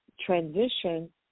transition